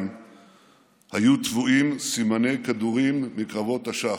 היו טבועים סימני כדורים מקרבות תש"ח,